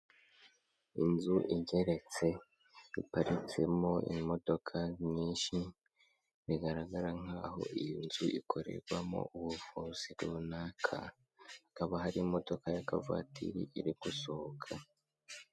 Inzu igeretse, iparitsemo imodoka nyinshi, bigaragara nk'aho iyi nzu ikorerwamo ubuvuzi runaka, hakaba hari imodoka ya kavatiri iri gusohoka.